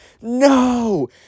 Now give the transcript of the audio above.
no